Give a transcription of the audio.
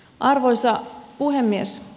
arvoisa puhemies